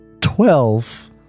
Twelve